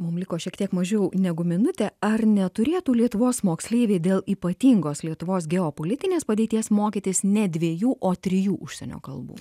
mum liko šiek tiek mažiau negu minutė ar neturėtų lietuvos moksleiviai dėl ypatingos lietuvos geopolitinės padėties mokytis ne dviejų o trijų užsienio kalbų